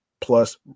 plus